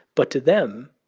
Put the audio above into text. but to them,